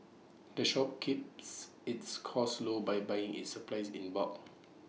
the shop keeps its costs low by buying its supplies in bulk